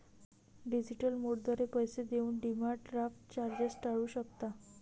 digital मोडद्वारे पैसे देऊन डिमांड ड्राफ्ट चार्जेस टाळू शकता